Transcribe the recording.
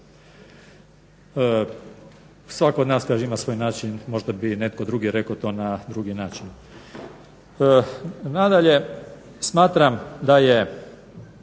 Svatko od nas ima svoj način možda bi netko drugi rekao to na drugi način. Nadalje, smatram da je